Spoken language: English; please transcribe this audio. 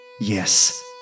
yes